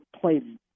played